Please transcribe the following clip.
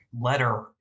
letter